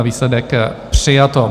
Výsledek: přijato.